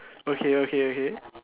okay okay okay